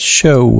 show